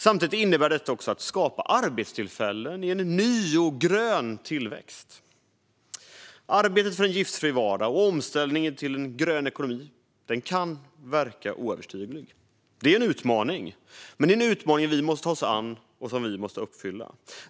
Samtidigt innebär detta också att vi skapar arbetstillfällen i en ny och grön tillväxt. Arbetet för en giftfri vardag och omställningen till en grön ekonomi kan verka oöverstigligt. Det är en utmaning. Men det är en utmaning vi måste ta oss an och klara.